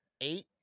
eight